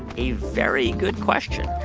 a very good question.